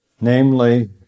namely